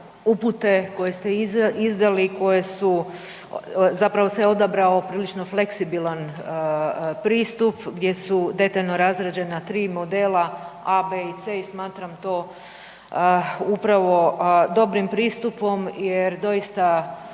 upute koje ste izdali koje su zapravo se odabrao prilično fleksibilan pristup gdje su detaljno razrađena tri modela A, B i C i smatram to upravo dobrim pristupom jer doista